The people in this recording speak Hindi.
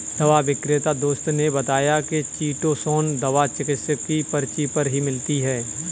दवा विक्रेता दोस्त ने बताया की चीटोसोंन दवा चिकित्सक की पर्ची पर ही मिलती है